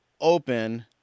open